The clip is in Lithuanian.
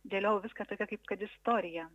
dėliojau viską tokia kaip kad istorija